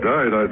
Died